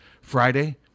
Friday